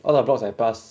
all the blocks I pass